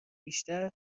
بیشتر